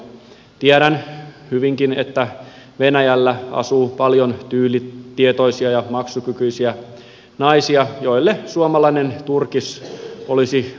tiedän hyvinkin että venäjällä asuu paljon tyylitietoisia ja maksukykyisiä naisia joille suomalainen turkis olisi luksustuote